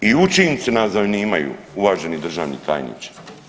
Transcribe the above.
I učinci nas zanimaju uvaženi državni tajniče.